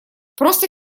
просто